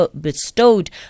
bestowed